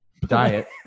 diet